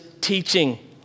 teaching